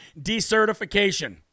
decertification